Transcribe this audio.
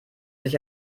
sich